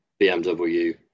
BMW